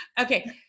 Okay